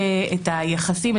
את היחסים,